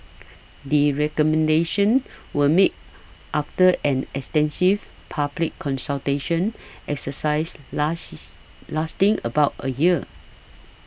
the recommendations were made after an extensive public consultation exercise last lasting about a year